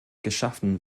geschaffen